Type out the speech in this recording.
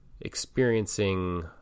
experiencing